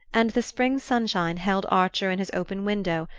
and the spring sunshine held archer in his open window,